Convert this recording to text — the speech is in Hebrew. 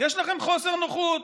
יש לכם חוסר נוחות.